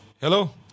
Hello